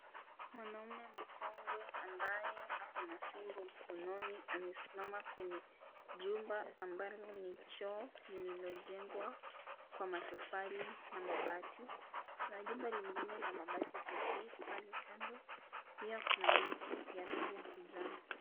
Mwanaume mkongwe ambaye ako na fimbo mkononi. Amesimama kwenye jumba ambalo ni choo lililojengwa kwa matofali na mabati. Kuna jumba lingine la mabati pekee pale kando pia kuna miti ya rangi ya kijani.